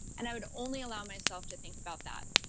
and i would only allow myself to think about that.